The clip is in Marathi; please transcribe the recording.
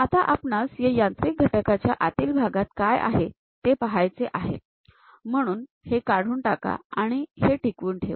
आता आपणास या यांत्रिक घटकाच्या आतील भागात काय आहे ते पाहायचे आहे म्हणून हे काढून टाका आणि हे टिकवून ठेवा